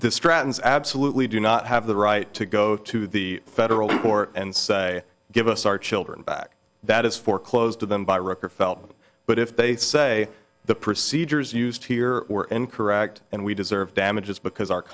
the stratton's absolutely do not have the right to go to the federal court and say give us our children back that is foreclosed to them by record felt but if they say the procedures used here were incorrect and we deserve damages because our